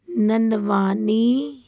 ਨਨਵਾਨੀ